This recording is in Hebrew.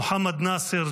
מוחמד נאסר,